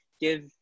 give